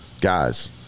Guys